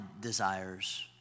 desires